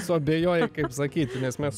suabejojai kaip sakyti nes mes